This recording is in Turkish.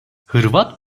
hırvat